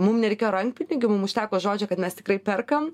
mum nereikėjo rankpinigių mum užteko žodžio kad mes tikrai perkam